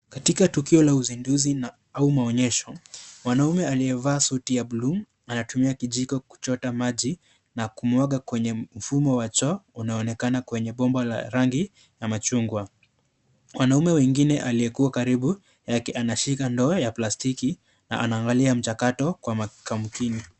Katika tukio la uzinduzi au maonyesho, mwanaume aliyevaa suti ya bluu anatumia kijiko kuchota maji na kumwaga kwenye mfumo wa choo inachoonekana kwenye bomba la rangi ya machungwa. Mwanaume mwengine aliye karibu yake anashika ndoo ya plastiki na anaangalia mchakato kwa makini.